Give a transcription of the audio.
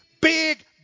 big